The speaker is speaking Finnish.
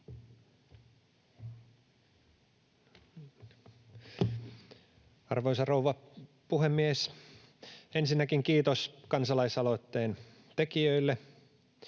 Arvoisa rouva puhemies! Ensinnäkin kiitos kansalaisaloitteen tekijöille.